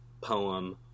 poem